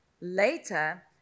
Later